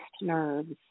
nerves